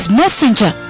messenger